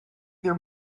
their